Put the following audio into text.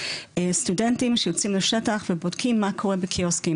סטודנטים שיוצאים לשטח ובודקים מה קורה בקיוסקים,